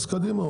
אז קדימה,